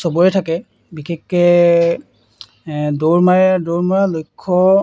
চবৰে থাকে বিশেষকৈ দৌৰ মাৰে দৌৰ মৰা লক্ষ্য